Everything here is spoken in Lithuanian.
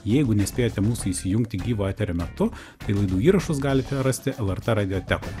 jeigu nespėjote mūsų įsijungti gyvo eterio metu tai laidų įrašus galite rasti lrt radiotekoje